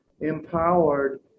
empowered